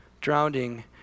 drowning